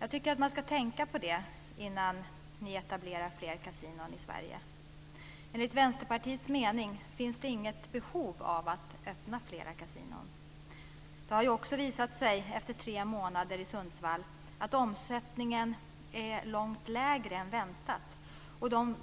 Jag tycker att ni ska tänka på det innan ni etablerar fler kasinon i Sverige. Enligt Vänsterpartiets mening finns det inget behov av att öppna fler kasinon. Det har också visat sig efter tre månader i Sundsvall att omsättningen är långt lägre än väntat.